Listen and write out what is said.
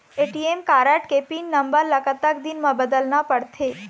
ATM card के pin number ला कतक दिन म बदलना पड़थे?